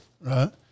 Right